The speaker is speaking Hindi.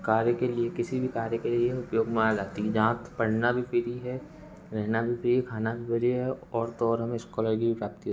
कार्य के लिए किसी भी कार्य के लिए उपयुक्त लगती हैं जहाँ पढ़ना भी फ्री है रहना भी फ्री है खाना भी फ्री है और तो और हमें इस्कॉलर की भी प्राप्ति है